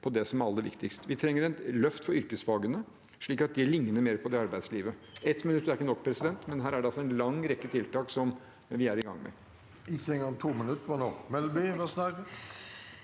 på det som er aller viktigst. Vi trenger et løft for yrkesfagene slik at de ligner mer på arbeidslivet. 1 minutt er ikke nok, men her er det altså en lang rekke tiltak som vi er i gang med.